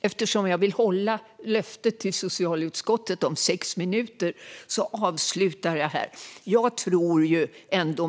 Eftersom jag vill hålla löftet till socialutskottet om sex minuters talartid avslutar jag här.